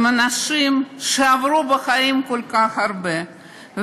אלה אנשים שעברו בחיים כל כך הרבה.